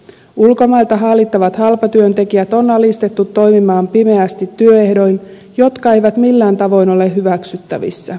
ulkomailta haalitut halpatyöntekijät on alistettu toimimaan pimeästi työehdoin jotka eivät millään tavoin ole hyväksyttävissä